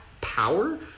power